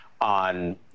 on